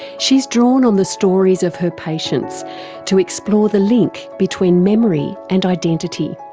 she's drawn on the stories of her patients to explore the link between memory and identity.